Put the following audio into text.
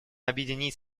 объединить